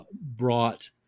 brought